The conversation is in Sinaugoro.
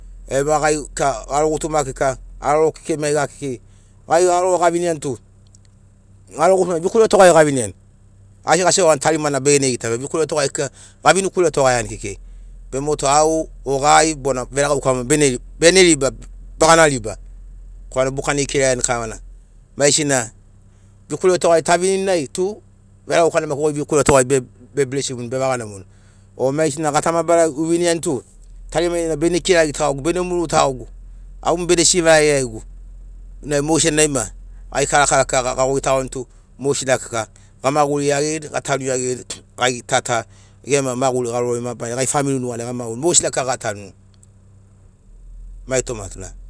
Eiava gai kika garo gutuma kika haroro kekei maiga kekei gai haroro gaviniani tu garo gutuma vikuretogai gaviniani asi gaseuani tarimarima begene gitama be vikuretogai kika gavini kuretogaiani kekei be motu au o gai bona veregauka mo bene rib- bene riba bagana riba korana bukana ikiragiani kavana maigesin vikuretogai tavini nai tu veregauka na goi maki vikuretogai be blesimuni bevaga namomuni o maigesina gatama barai uviniani tu tarimarima na begene kiragi tagogu bene muru tagogu au mo bene sivarai iagigu nai mogesina naima gai karakara kika gagoitagoni tu mogesina kika gamaguri iagirini gatanu iagirini gai ta ta gema maguri garori mabarari nai gai famili nuganai gamagurini mogesin kika gatanuni mai toma tuna